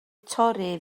torri